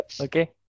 Okay